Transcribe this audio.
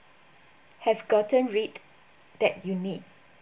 have gotten rid that you need